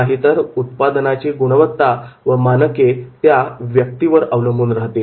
नाहीतर उत्पादनाची गुणवत्ता व मानके व्यक्तीवर अवलंबून राहतील